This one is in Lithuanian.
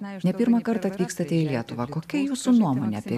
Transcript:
na pirmą kartą atvykstate į lietuvą kokia jūsų nuomonė apie